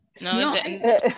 No